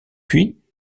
puis